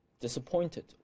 disappointed